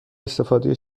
استفاده